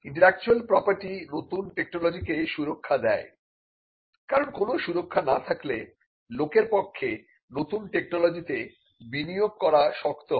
intellectual property নতুন টেকনোলজিকে সুরক্ষা দেয় কারণ কোন সুরক্ষা না থাকলে লোকের পক্ষে নতুন টেকনোলজিতে বিনিয়োগ করা শক্ত হয়